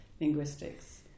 linguistics